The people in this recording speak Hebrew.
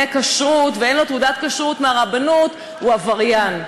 כשרות ואין לו תעודת כשרות מהרבנות הוא עבריין,